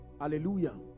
Hallelujah